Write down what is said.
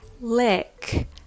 lick